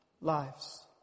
lives